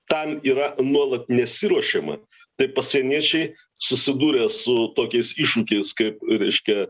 tam yra nuolat nesiruošiama tai pasieniečiai susidūrę su tokiais iššūkiais kaip reiškia